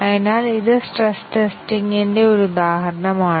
അതിനാൽ ഇത് stress testing ന്റ്റെ ഒരു ഉദാഹരണമാണ്